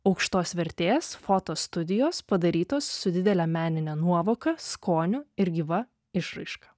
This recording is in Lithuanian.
aukštos vertės fotostudijos padarytos su didele menine nuovoka skoniu ir gyva išraiška